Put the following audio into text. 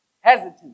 Hesitant